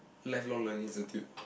lifelong learning institute